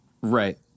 Right